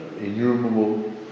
Innumerable